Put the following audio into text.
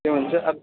ए हुन्छ अब